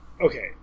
Okay